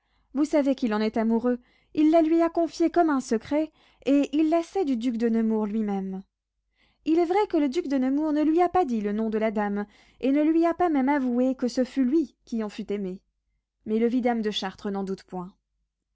vous savez qu'il en est amoureux il la lui a confiée comme un secret et il la sait du duc de nemours lui-même il est vrai que le duc de nemours ne lui a pas dit le nom de la dame et ne lui a pas même avoué que ce fût lui qui en fût aimé mais le vidame de chartres n'en doute point